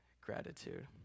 gratitude